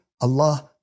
allah